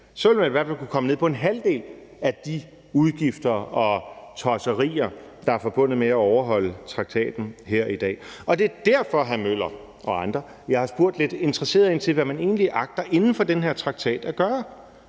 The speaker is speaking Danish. vil man i hvert fald kunne komme ned på en halvdel af de udgifter og tosserier, der er forbundet med at overholde traktaten her i dag. Det er derfor, hr. Henrik Møller og andre, at jeg har spurgt lidt interesseret ind til, hvad man egentlig agter inden for den her traktat at gøre,